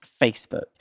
Facebook